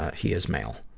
he is male.